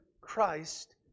Christ